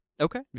Okay